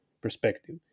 perspective